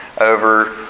over